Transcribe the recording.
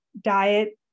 diet